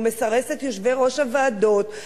הוא מסרס את יושבי-ראש הוועדות,